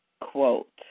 quote